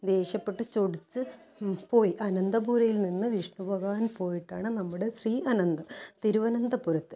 ദേഷ്യപ്പെട്ട് ചൊടിച്ച് പോയി അനന്തപുരിയിൽ നിന്ന് വിഷ്ണു ഭഗവാൻ പോയിട്ടാണ് നമ്മുടെ ശ്രീ അനന്ത തിരുവനന്തപുരത്ത്